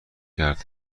کرد